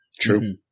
true